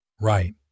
Right